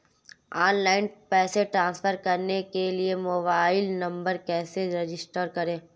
Online पैसे transfer करने के लिए मोबाइल नंबर कैसे रजिस्टर करें?